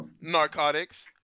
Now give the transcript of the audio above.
Narcotics